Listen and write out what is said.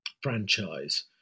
franchise